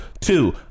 two